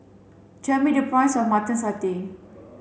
tell me the price of mutton satay